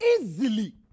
easily